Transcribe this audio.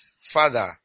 Father